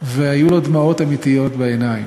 והיו לו דמעות אמיתיות בעיניים,